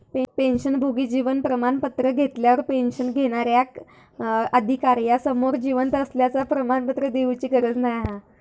पेंशनभोगी जीवन प्रमाण पत्र घेतल्यार पेंशन घेणार्याक अधिकार्यासमोर जिवंत असल्याचा प्रमाणपत्र देउची गरज नाय हा